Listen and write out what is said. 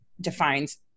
defines